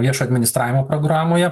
viešo administravimo programoje